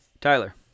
Tyler